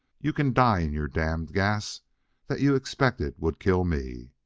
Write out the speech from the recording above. you can die in your damned gas that you expected would kill me!